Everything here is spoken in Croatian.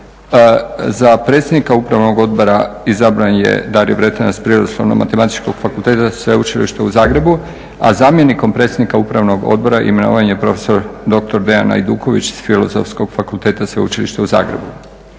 za predsjednika upravnog odbora izabran je Dario Vretenar s Prirodoslovno matematičkog fakulteta Sveučilišta u Zagrebu a zamjenikom predsjednika upravnog odbora imenovan je prof.dr. Dean Ajduković s Filozofskog fakulteta Sveučilišta u Zagrebu.